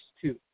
two